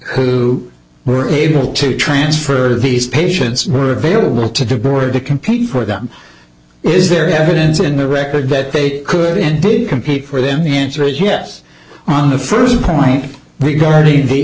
who were able to transfer these patients were available to the board to compete for them is there evidence in the record that they could indeed compete for them the answer is yes on the first point regarding the